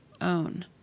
own